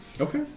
Okay